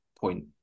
point